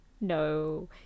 No